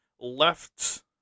left